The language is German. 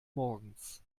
morgens